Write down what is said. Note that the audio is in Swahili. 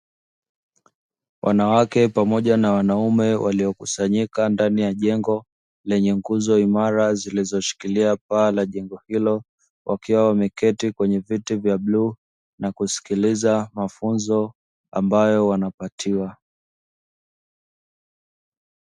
Wanawake pamoja na wanaume waliokusanyika ndani ya jengo lenye nguzo imara, zilizoshikilia paa la jengo hilo wakiwa wameketi kwenye viti vya blue na kusikiliza mafunzo ambayo wanapatiwa.